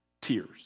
tears